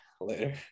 Later